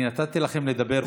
אני נתתי לכם לדבר חופשי,